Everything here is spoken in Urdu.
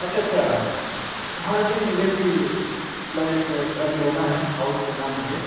اچھا اچھا ہاں جی مجھے بھی مطلب ایک گھر لینا ہے ہاؤس لینا ہے مجھے